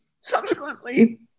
Subsequently